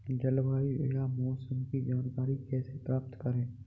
जलवायु या मौसम की जानकारी कैसे प्राप्त करें?